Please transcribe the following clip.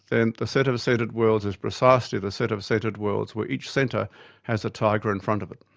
then the set of centred worlds is precisely the set of centred worlds where each centre has a tiger in front of it.